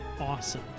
awesome